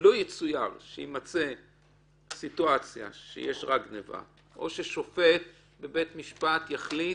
לו יצוין שיש סיטואציה שיש רק גניבה או ששופט בבית משפט יחליט